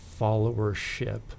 followership